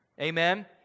Amen